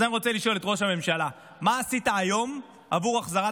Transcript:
אז אני רוצה לשאול את ראש הממשלה: מה עשית היום עבור החזרת